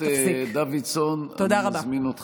תודה רבה.